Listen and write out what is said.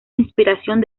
inspiración